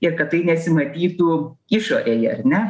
ir kad tai nesimatytų išorėje ar ne